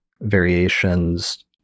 variations